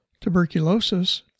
Tuberculosis